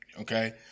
okay